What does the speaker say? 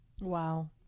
Wow